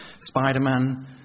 Spider-Man